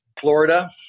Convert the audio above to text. Florida